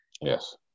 Yes